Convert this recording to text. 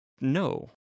no